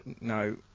No